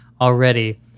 already